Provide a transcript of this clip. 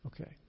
Okay